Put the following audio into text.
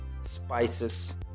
spices